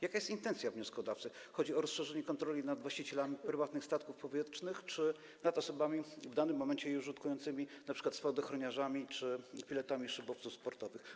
Jaka jest intencja wnioskodawcy - chodzi o rozszerzenie kontroli nad właścicielami prywatnych statków powietrznych czy nad osobami w danym momencie je użytkującymi, np. spadochroniarzami czy pilotami szybowców sportowych?